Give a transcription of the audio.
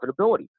profitability